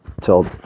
till